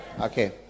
Okay